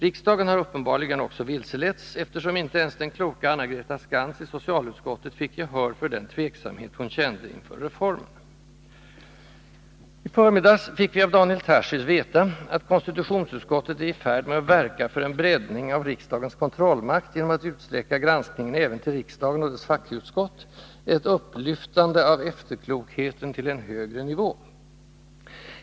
Riksdagen har uppenbarligen också vilseletts, eftersom inte ens den kloka Anna-Greta Skantz i socialutskottet fick gehör för den tveksamhet som hon kände inför ”reformen”. I förmiddags fick vi av Daniel Tarschys veta att konstitutionsutskottet nu är i färd med att verka för en breddning av riksdagens kontrollmakt genom att utsträcka granskningen även till riksdagen och dess fackutskott — ett upplyftande av efterklokheten till en högre nivå.